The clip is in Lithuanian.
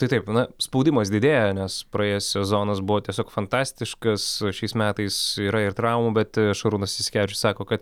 tai taip na spaudimas didėja nes praėjęs sezonas buvo tiesiog fantastiškas o šiais metais yra ir traumų bet šarūnas jasikevičius sako kad